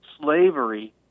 slavery